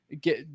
Get